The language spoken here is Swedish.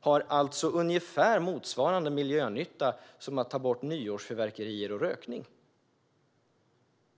har ungefär motsvarande miljönytta som att ta bort nyårsfyrverkerier och rökning.